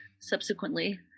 subsequently